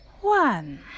one